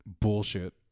bullshit